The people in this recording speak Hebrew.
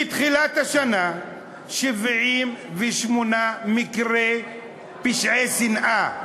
מתחילת השנה, 78 פשעי שנאה.